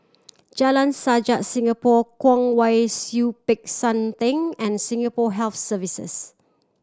Jalan Sajak Singapore Kwong Wai Siew Peck San Theng and Singapore Health Services